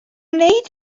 wneud